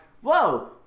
Whoa